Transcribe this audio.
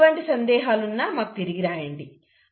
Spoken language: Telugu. మీకు ఎటువంటి సందేహాలు ఉన్నా మాకు తిరిగి రాయండి